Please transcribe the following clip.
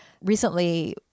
recently